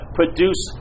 produce